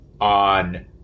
on